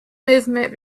movement